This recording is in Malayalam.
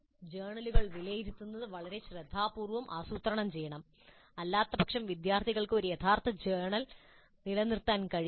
ജേർണലുകൾ വിലയിരുത്തുന്നത് വളരെ ശ്രദ്ധാപൂർവ്വം ആസൂത്രണം ചെയ്യണം അല്ലാത്തപക്ഷം വിദ്യാർത്ഥികൾക്ക് ഒരു യഥാർത്ഥ ജേർണൽ നിലനിർത്താൻ കഴിയില്ല